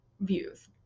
views